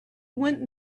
went